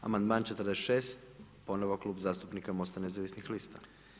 Amandman 46. ponovno Klub zastupnika MOST-a nezavisnih lista.